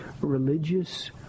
religious